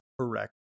correct